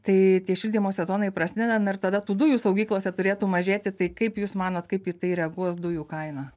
tai tie šildymo sezonai prasideda na ir tada tų dujų saugyklose turėtų mažėti tai kaip jūs manot kaip į tai reaguos dujų kaina